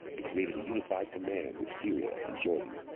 and created a unified command with syria and jordan.